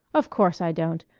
of course i don't.